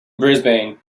brisbane